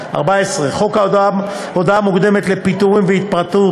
14. חוק הודעה מוקדמת לפיטורים ולהתפטרות,